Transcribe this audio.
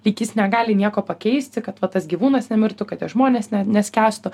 lyg jis negali nieko pakeisti kad va tas gyvūnas nemirtų kad tie žmonės neskęstų